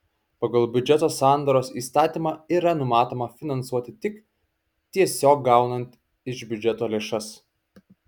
pagal biudžeto sandaros įstatymą yra numatoma finansuoti tik tiesiog gaunant iš biudžeto lėšas